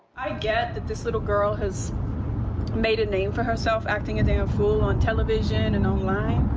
i get that this little girl has made a name for herself acting a damn fool on television and online,